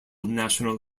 national